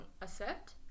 accept